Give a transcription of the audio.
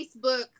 Facebook